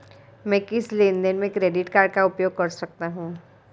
मैं किस लेनदेन में क्रेडिट कार्ड का उपयोग कर सकता हूं?